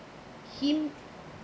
him